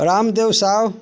Ramdev Sahu